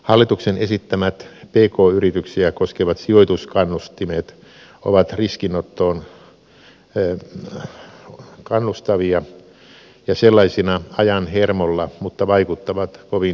hallituksen esittämät pk yrityksiä koskevat sijoituskannustimet ovat riskinottoon kannustavia ja sellaisina ajan hermolla mutta vaikuttavat kovin hitaasti